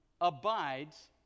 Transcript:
abides